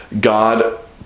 God